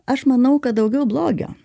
aš manau kad daugiau blogio